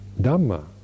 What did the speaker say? Dhamma